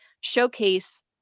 showcase